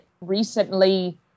recently